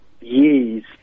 yes